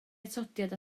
atodiad